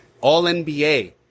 All-NBA